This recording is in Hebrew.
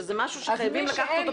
שזה משהו שחייבים לקחת אותו